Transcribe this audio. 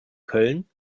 köln